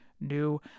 new